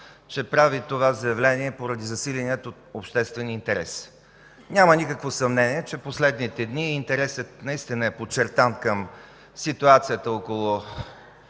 че прави това заявление поради засиления обществен интерес. Няма никакво съмнение, че в последните дни интересът към ситуацията около